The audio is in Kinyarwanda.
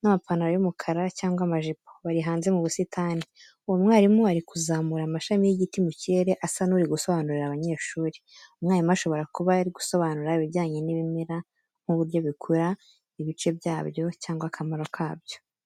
n'amasengeri y'umukara cyangwa amajipo bari hanze mu busitani. Uwo mwarimu ari kuzamura amashami y’igiti mu kirere asa n’uri gusobanurira abanyeshuri. Umwarimu ashobora kuba ari gusobanura ibijyanye n’ibimera nk'uburyo bikura, ibice byabyo cyangwa akamaro kabyo.